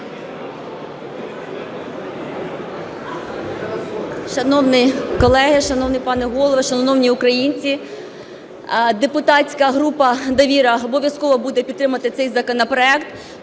Шановні колеги! Шановний пане Голово! Шановні українці! Депутатська група "Довіра" обов'язково буде підтримувати цей законопроект,